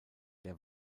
der